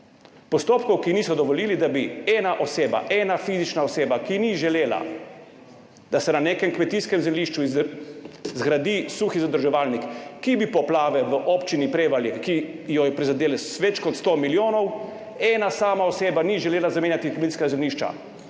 Postopkov, ki niso dovolili, da bi ena oseba, ena fizična oseba, ki ni želela, da se na nekem kmetijskem zemljišču zgradi suhi zadrževalnik, ki bi poplave v Občini Prevalje, ki jo je prizadelo za več kot 100 milijonov, ena sama oseba ni želela zamenjati kmetijska zemljišča,